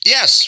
Yes